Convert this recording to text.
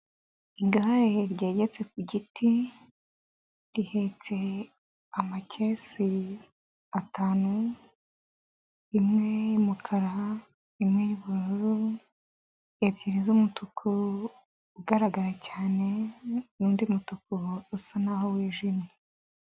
Igare ryegetse ku giti rihetse amakesi atanu, imwe y'umukara, imwe y'ubururu, ebyiri z'umutuku ugaragara cyane n'undi mutuku usa naho wijimye.